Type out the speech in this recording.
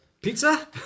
pizza